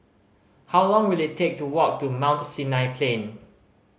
how long will it take to walk to Mount Sinai Plain